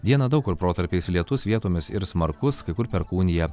dieną daug kur protarpiais lietus vietomis ir smarkus kai kur perkūnija